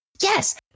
Yes